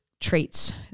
traits